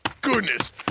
goodness